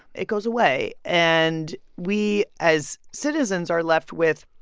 it goes away and we, as citizens, are left with,